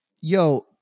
Yo